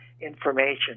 information